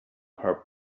her